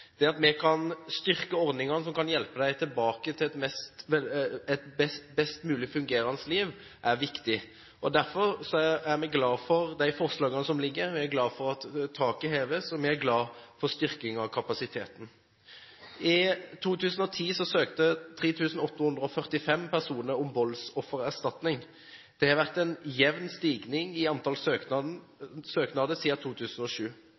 Det at vi kan styrke ordninger som kan hjelpe dem tilbake til et best mulig fungerende liv, er viktig. Derfor er vi glad for de forslagene som ligger, vi er glad for at taket heves, og vi er glad for styrkingen av kapasiteten. I 2010 søkte 3 845 personer om voldsoffererstatning. Det har vært en jevn stigning i antallet søknader siden 2007.